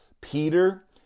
Peter